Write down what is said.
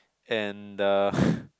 and uh